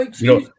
No